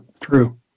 true